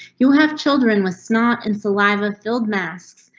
you have children with snot and saliva filled masks.